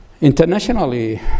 Internationally